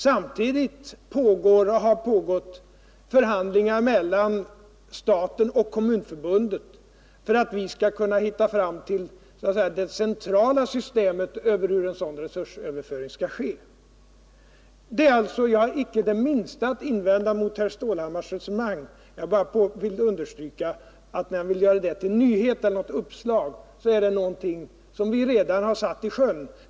Samtidigt pågår och har pågått förhandlingar mellan staten och Kommunförbundet för att vi skall komma fram till ett centralt system för hur en sådan resursöverföring skall ske. Jag har alltså icke det minsta att invända mot herr Stålhammars resonemang. Jag vill bara påpeka för herr Stålhammar, när han vill göra detta till ett nytt uppslag, att det är något som vi redan har satt i sjön.